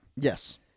Yes